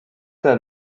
that